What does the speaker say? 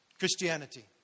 Christianity